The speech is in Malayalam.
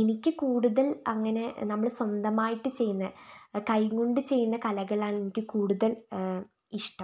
എനിക്ക് കൂടുതൽ അങ്ങനെ നമ്മൾ സ്വന്തമായിട്ട് ചെയ്യുന്ന കൈകൊണ്ടു ചെയ്യുന്ന കലകളാണ് എനിക്ക് കൂടുതൽ ഇഷ്ടം